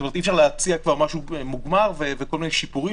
כלומר אי אפשר להציע כבר דבר מוגמר וכל מיני שיפורים